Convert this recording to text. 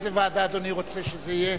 באיזה ועדה אדוני רוצה שזה יהיה?